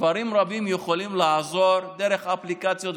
דברים רבים יכולים לעזור דרך אפליקציות,